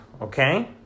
Okay